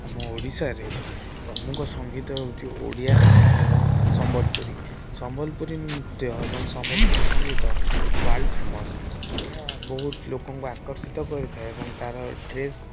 ଆମ ଓଡ଼ିଶାରେ ପ୍ରମୁଖ ସଙ୍ଗୀତ ହଉଛି ଓଡ଼ିଆ ଏବଂ ସମ୍ବଲପୁରୀ ସମ୍ବଲପୁରୀ ନୃତ୍ୟ ଏବଂ ସମ୍ବଲପୁରୀ ସଙ୍ଗୀତ ୱାର୍ଲଡ଼ ଫେମସ ଏହା ବହୁତ ଲୋକଙ୍କୁ ଆକର୍ଷିତ କରିଥାଏ ଏବଂ ତାର ଡ୍ରେସ୍